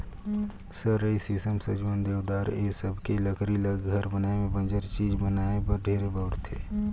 सरई, सीसम, सजुवन, देवदार ए सबके लकरी ल घर बनाये में बंजर चीज बनाये बर ढेरे बउरथे